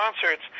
concerts